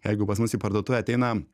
jeigu pas mus į parduotuvę ateina